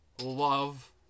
love